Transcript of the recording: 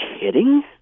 kidding